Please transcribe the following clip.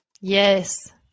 yes